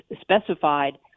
specified